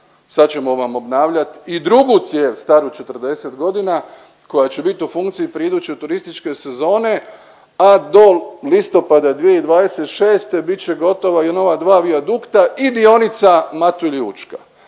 sad ćemo vam obnavljat i drugu cijev staru 40 godina koja će biti u funkciji prije iduće turističke sezone, a do listopada 2026. bit će gotova i nova dva vijadukta i dionica Matulji